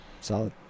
Solid